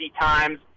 times